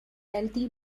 wealthy